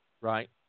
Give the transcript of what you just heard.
Right